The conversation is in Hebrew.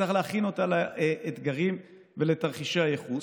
וצריך להכין אותה לאתגרים ולתרחישי הייחוס.